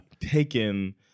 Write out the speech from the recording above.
taken